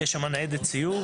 יש שם ניידת סיור.